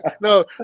No